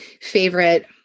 favorite